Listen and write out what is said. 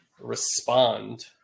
respond